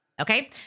Okay